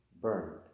burned